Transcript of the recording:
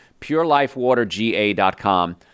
Purelifewaterga.com